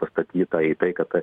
pastatyta į tai kad